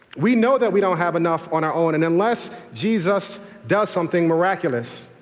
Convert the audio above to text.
we know that we don't have enough on our own, and unless jesus does something miraculous,